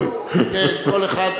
אני תמיד בצד ההוא.